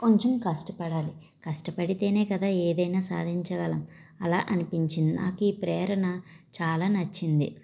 కొంచెం కష్టపడాలి కష్టపడితేనే కదా ఏదైనా సాధించగలం అలా అనిపించింది నాకు ఈ ప్రేరణ చాలా నచ్చింది